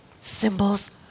symbols